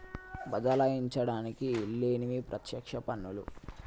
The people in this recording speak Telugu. బదలాయించడానికి ఈల్లేనివి పత్యక్ష పన్నులు